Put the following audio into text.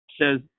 says